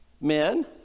Men